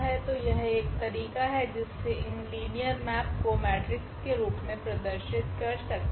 तो यह एक तरीका है जिसमे हम लिनियर मेप को मेट्रिक्स के रूप मे प्रदर्शित कर सकते है